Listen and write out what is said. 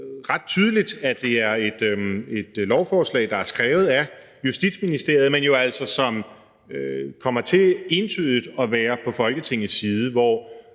ret tydeligt, at det er et lovforslag, der er skrevet af Justitsministeriet, men som jo altså entydigt kommer til at være på Folketingets side. Hvor